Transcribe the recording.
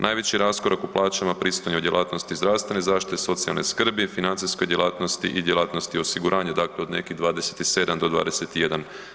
Najveći raskorak u plaćama … [[Govornik se ne razumije]] djelatnosti zdravstvene zaštite i socijalne skrbi, financijskoj djelatnosti i djelatnosti osiguranja, dakle od nekih 27 do 21%